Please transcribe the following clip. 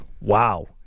Wow